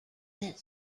that